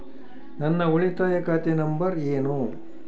ನನ್ನ ಉಳಿತಾಯ ಖಾತೆ ನಂಬರ್ ಏನು?